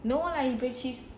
no lah I guess is